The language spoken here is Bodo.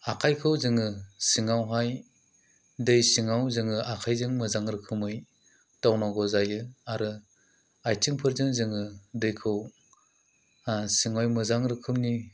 आथायखौ जोङो सिङावहाय दै सिङाव जोङो आखायजों मोजां रोखोमै दावनांगौ जायो आरो आयथिंफोरजों जोङो दैखौ सिगाङाव मोजां रोखोमनि